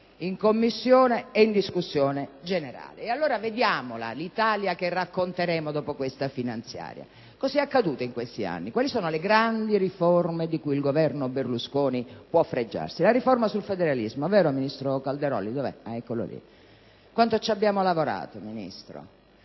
in Commissione e in discussione generale. E allora vediamola, l'Italia che racconteremo dopo questa finanziaria. Cosa è accaduto in questi anni, quali sono le grandi riforme di cui il Governo Berlusconi può fregiarsi? La riforma sul federalismo: vero, ministro Calderoli? Quanto ci abbiamo lavorato, Ministro,